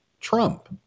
Trump